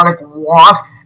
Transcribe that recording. walk